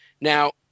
Now